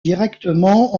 directement